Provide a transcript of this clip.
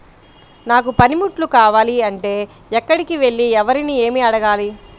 నాకు పనిముట్లు కావాలి అంటే ఎక్కడికి వెళ్లి ఎవరిని ఏమి అడగాలి?